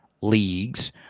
leagues